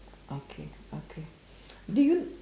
okay okay do you